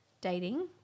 dating